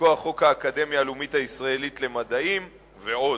מכוח חוק האקדמיה הלאומית הישראלית למדעים, ועוד.